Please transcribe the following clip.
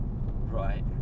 right